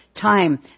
time